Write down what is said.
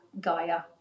Gaia